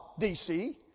DC